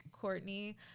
Courtney